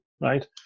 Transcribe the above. right